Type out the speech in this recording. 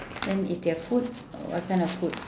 then if their food what kind of food